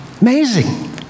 Amazing